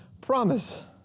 promise